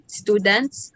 students